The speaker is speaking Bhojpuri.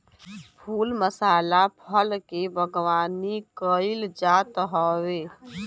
फूल मसाला फल के बागवानी कईल जात हवे